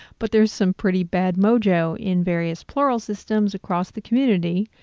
but there's some pretty bad mojo in various plural systems across the community,